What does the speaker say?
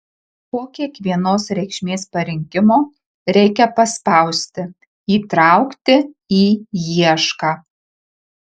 po kiekvienos reikšmės parinkimo reikia paspausti įtraukti į iešką